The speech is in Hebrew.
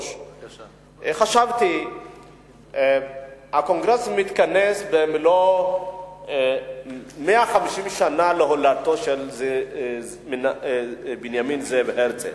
חשבתי שהקונגרס מתכנס במלאות 150 שנה להולדתו של בנימין זאב הרצל.